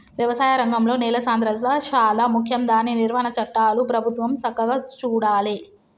వ్యవసాయ రంగంలో నేల సాంద్రత శాలా ముఖ్యం దాని నిర్వహణ చట్టాలు ప్రభుత్వం సక్కగా చూడాలే